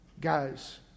Guys